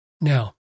Now